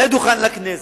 על דוכן הכנסת,